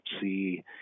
see